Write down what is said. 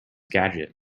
gadget